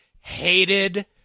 hated